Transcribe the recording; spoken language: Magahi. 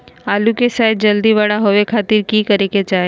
आलू के साइज जल्दी बड़ा होबे खातिर की करे के चाही?